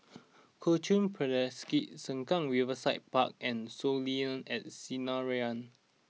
Kuo Chuan Presbyterian Sengkang Riverside Park and Soleil at Sinaran